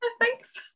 Thanks